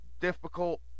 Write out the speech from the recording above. difficult